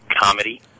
comedy